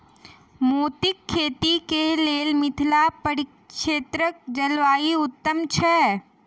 मोतीक खेती केँ लेल मिथिला परिक्षेत्रक जलवायु उत्तम छै?